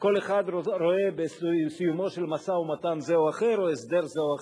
כל אחד רואה בסיומו של משא-ומתן זה או אחר או הסדר זה או אחר,